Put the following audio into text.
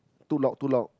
too long too long